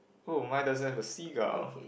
who my doesn't have a seagull